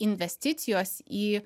investicijos į